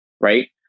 right